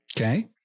Okay